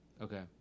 okay